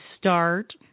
start